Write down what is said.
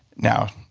now,